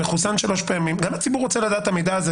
אנחנו ניגש לשני קובצי התקנות ואז נעבור להכרזה.